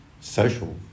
social